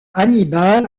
hannibal